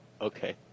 Okay